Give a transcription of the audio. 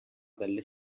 delle